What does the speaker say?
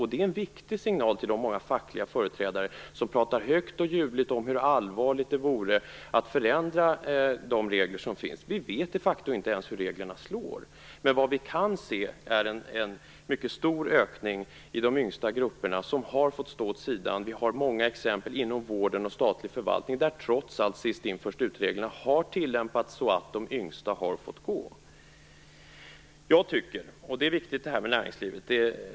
Det är en viktig signal till de många fackliga företrädare som pratar högt och ljudligt om hur allvarligt det vore att förändra de regler som finns. Vi vet de facto inte ens hur reglerna slår. Vi kan dock i de yngsta grupperna se en mycket stor ökning av sådana som har fått stå åt sidan. Det finns många exempel på detta inom vård och statlig förvaltning, där trots allt sist-in-först-ut-reglerna har tillämpats så att de yngsta har fått gå. I det här sammanhanget är näringslivet viktigt.